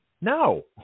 no